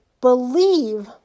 Believe